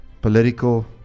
political